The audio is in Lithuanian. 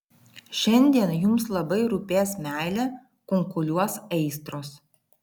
šiandien jums labai rūpės meilė kunkuliuos aistros